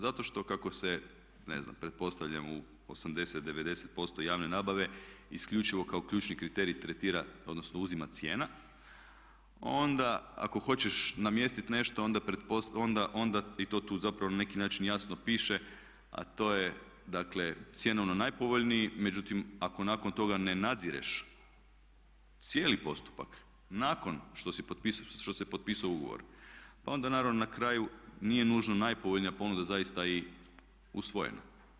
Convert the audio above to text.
Zato što kako se ne znam pretpostavljam u 80%, 90% javne nabave isključivo kao ključni kriterij tretira odnosno uzima cijena onda ako hoćeš namjestiti nešto onda i to tu na neki način zapravo jasno piše, a to je dakle cjenovno najpovoljniji, međutim ako nakon toga ne nadzireš cijeli postupak nakon što se potpisao ugovor onda naravno na kraju nije nužno najpovoljnija ponuda zaista i usvojena.